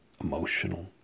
emotional